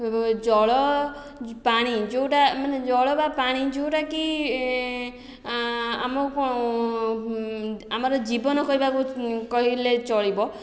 ଜଳ ପାଣି ଯେଉଁଟା ମାନେ ଜଳ ବା ପାଣି ଯେଉଁଟାକି ଆମର ଜୀବନ କହିବାକୁ କହିଲେ ଚଳିବ